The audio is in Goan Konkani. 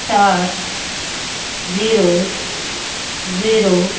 सात झिरो झिरो